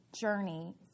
journey